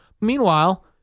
Meanwhile